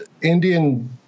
Indian